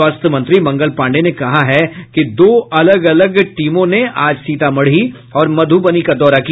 स्वास्थ्य मंत्री मंगल पांडेय ने कहा कि दो अलग अलग टीमों ने आज सीतामढ़ी और मधूबनी का दौरा किया